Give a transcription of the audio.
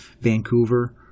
Vancouver